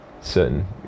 certain